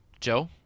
Joe